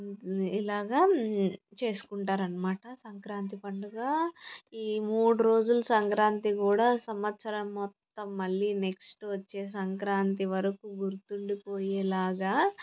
ఇలాగ చేసుకుంటారు అన్నమాట సంక్రాంతి పండుగ ఈ మూడు రోజులు సంక్రాంతి కూడా సంవత్సరం మొత్తం మళ్ళీ నెక్స్ట్ వచ్చే సంక్రాంతి వరకు గుర్తుండిపోయేలాగా